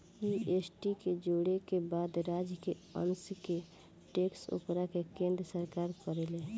GST के जोड़े के बाद राज्य के अंस के टैक्स ओकरा के केन्द्र सरकार करेले